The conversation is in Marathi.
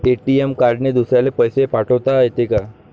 ए.टी.एम कार्डने दुसऱ्याले पैसे पाठोता येते का?